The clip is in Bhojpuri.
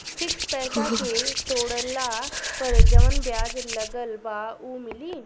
फिक्स पैसा के तोड़ला पर जवन ब्याज लगल बा उ मिली?